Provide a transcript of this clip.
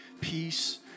peace